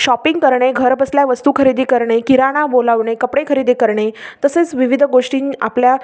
shopping करणे घरबसल्या वस्तू खरेदी करणे किराणा बोलावणे कपडे खरेदी करणे तसेच विविध गोष्टी आपल्या